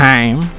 Time